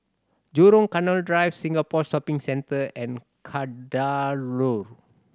Jurong Canal Drive Singapore Shopping Centre and Kadaloor